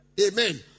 Amen